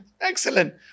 Excellent